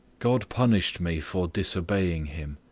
god punished me for disobeying him.